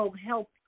help